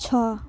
छ